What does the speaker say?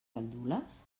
gandules